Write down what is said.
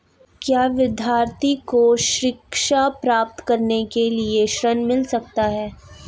क्या विद्यार्थी को शिक्षा प्राप्त करने के लिए ऋण मिल सकता है?